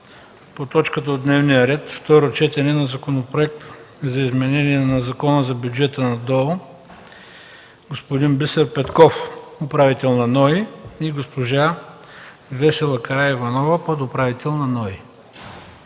по точката от дневния ред Второ четене на Законопроект за изменение на Закона за бюджета на ДОО господин Бисер Петков – управител на НОИ, и госпожа Весела Караиванова – подуправител на НОИ.